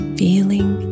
feeling